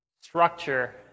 structure